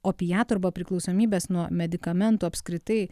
opiatų arba priklausomybės nuo medikamentų apskritai